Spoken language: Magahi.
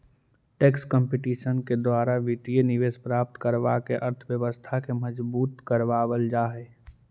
टैक्स कंपटीशन के द्वारा वित्तीय निवेश प्राप्त करवा के अर्थव्यवस्था के मजबूत करवा वल जा हई